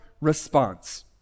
response